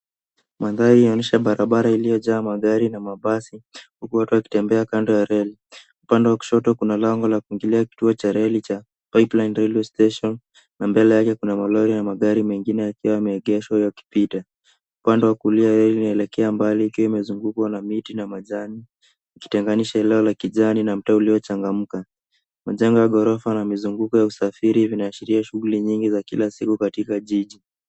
Mandhari yanaonyesha barabara iliyojaa magari na mabasi huku watu wakitembea kando ya reli. Upande wa kushoto kuna lango la kuingilia kituo cha reli cha Pipeline Railway Station na mbele yake kuna magari na magari mengine yakiwa yameegeshwa yakipita. Upande wa kulia reli inaelekea mbali ikiwa imezungukwa na miti na majani ikitenganisha eneo la kijani na mto uliochangamka. Majengo ya ghorofa na mizunguko ya usafiri vinaashiria shughuli nyingi za kila siku katika jiji.